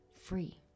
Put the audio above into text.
free